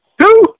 Two